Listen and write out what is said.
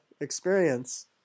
experience